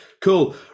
Cool